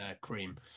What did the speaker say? cream